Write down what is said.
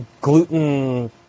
gluten-